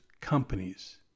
companies